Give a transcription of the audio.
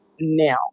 now